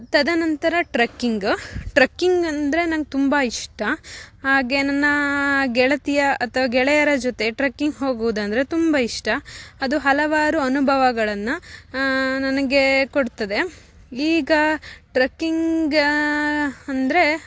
ತದನಂತರ trekking trekking ಅಂದರೆ ನಂಗೆ ತುಂಬ ಇಷ್ಟ ಹಾಗೆ ನನ್ನ ಗೆಳತಿಯ ಅತ ಗೆಳೆಯರ ಜೊತೆ ಟ್ರಕ್ಕಿಂಗ ಹೋಗುವುದೆಂದ್ರೆ ತುಂಬ ಇಷ್ಟ ಅದು ಹಲವಾರು ಅನುಭವಗಳನ್ನು ನನಗೆ ಕೊಡ್ತದೆ ಈಗ ಟ್ರಕ್ಕಿಂಗಾ ಅಂದರೆ